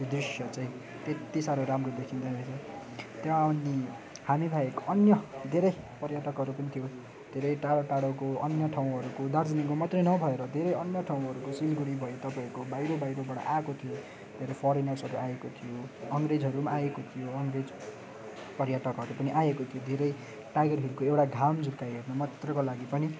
त्यो दृश्य चाहिँ त्यत्ति साह्रो राम्रो देखिँदोरहेछ त्यहाँ अनि हामी बाहेक अन्य धेरै पर्यटकहरू पनि थियो धेरै टाढो टाढोको अन्य ठाउँहरूको दार्जिलिङको मात्र नभएर धेरै अन्य ठाउँहरूको सिलगढी भयो तपाईँहरूको बाहिर बाहिरबाट आएको थियो धेरै फरेनर्सहरू आएको थियो अङ्ग्रेजहरू पनि आएको थियो अङ्ग्रेज पर्यटकहरू पनि आएको थियो धेरै टाइगर हिलको एउटा घाम झुल्काइ हेर्न मात्रैको लागि पनि